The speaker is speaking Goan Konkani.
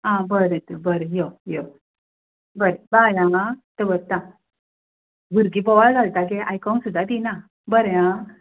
आं बरें त बरें यो यो बरें बाय आं दवरता भुरगीं बोवाळ घालता गे आयकोंक सुद्दां दिना बरें आं